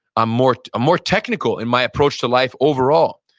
i'm more a more technical in my approach to life overall.